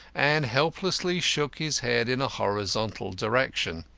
and helplessly shook his head in a horizontal direction.